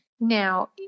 Now